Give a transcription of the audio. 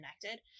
connected